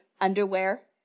underwear